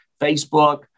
Facebook